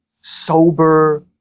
sober